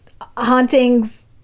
hauntings